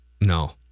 No